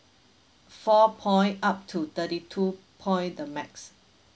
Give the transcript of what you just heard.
four point up to thirty two point the max